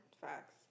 Facts